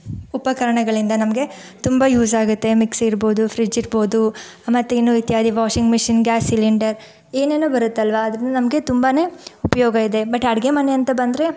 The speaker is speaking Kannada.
ಉಪಕರಣಗಳಿಂದ ನಮಗೆ ತುಂಬ ಯೂಸ್ ಆಗತ್ತೆ ಮಿಕ್ಸಿ ಇರ್ಬೋದು ಫ್ರಿಜ್ ಇರ್ಬೋದು ಮತ್ತಿನ್ನು ಇತ್ಯಾದಿ ವಾಷಿಂಗ್ ಮೆಷಿನ್ ಗ್ಯಾಸ್ ಸಿಲಿಂಡರ್ ಏನೇನೋ ಬರತ್ತಲ್ವ ಅದರಿಂದ ನಮಗೆ ತುಂಬಾ ಉಪಯೋಗ ಇದೆ ಬಟ್ ಅಡುಗೆ ಮನೆ ಅಂತ ಬಂದರೆ